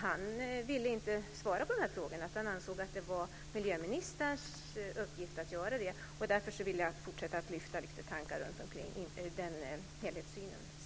Han ville inte svara på den frågan utan ansåg att det var miljöministerns uppgift att göra det. Därför vill jag fortsätta att lyfta upp lite tankar runt den helhetssynen.